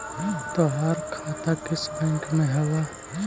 तोहार खाता किस बैंक में हवअ